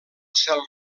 cel